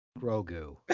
Grogu